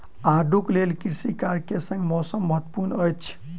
आड़ूक लेल कृषि कार्य के संग मौसम महत्वपूर्ण अछि